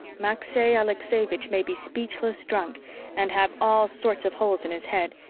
maxey aleksevich may be speechless drunk and have all sorts of holes in his head,